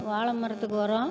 வாழை மரத்துக்கு ஒரம்